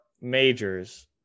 majors